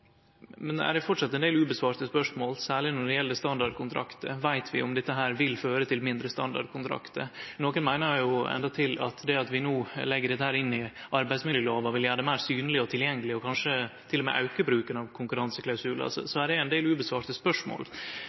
Men det er framleis ein del usvara spørsmål, særleg når det gjeld standardkontraktar. Veit vi om dette vil føre til mindre standardkontraktar? Nokre meiner jo endåtil at det at vi no legg dette til i arbeidsmiljølova vil gjere det meir synleg og tilgjengeleg og kanskje til og med auke bruken av konkurranseklausular. Så her er det ein del usvara spørsmål.